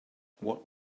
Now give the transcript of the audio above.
what